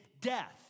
death